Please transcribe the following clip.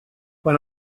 quan